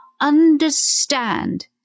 understand